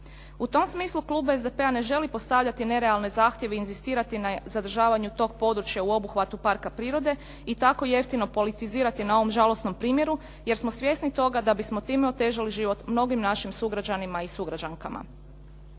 U tom smislu klub SDP-a ne želi postavljati nerealne zahtjeve i inzistirati na zadržavanju tog područja u obuhvatu parka prirode i tako jeftino politizirati na ovom žalosnom primjeru jer smo svjesni toga da bismo time otežali život mnogim našim sugrađanima i sugrađankama.